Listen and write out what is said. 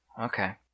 Okay